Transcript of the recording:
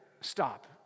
stop